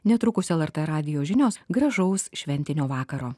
netrukus er er t radijo žinios gražaus šventinio vakaro